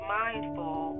mindful